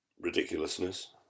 ridiculousness